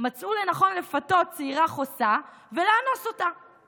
מצאו לנכון לפתות צעירה חוסה ולאנוס אותה.